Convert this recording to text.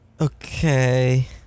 Okay